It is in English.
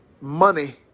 money